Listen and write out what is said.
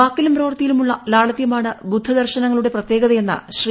വാക്കിലും പ്രവർത്തിയിലുമുള്ള ലാളിത്യമാണ് ബുദ്ധദർശനങ്ങളുടെ പ്രത്യേകതയെന്ന് ശ്രീ